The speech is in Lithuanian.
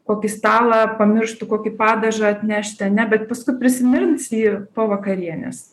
kokį stalą pamirštų kokį padažą atnešti ane bet paskui prisimins jį po vakarienės